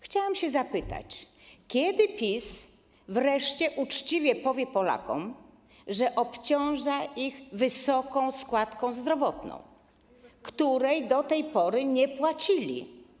Chciałam zapytać, kiedy PiS wreszcie uczciwie powie Polakom, że obciąża ich wysoką składką zdrowotną, której do tej pory nie płacili.